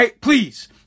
please